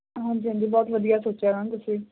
ਹਾਂਜੀ ਹਾਂਜੀ ਬਹੁਤ ਵਧੀਆ ਸੋਚਿਆ ਮੈਮ ਤੁਸੀਂ